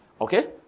Okay